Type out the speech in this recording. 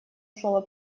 слово